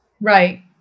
Right